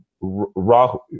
Rahu